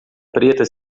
preta